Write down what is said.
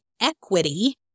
equity